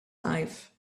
life